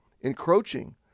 encroaching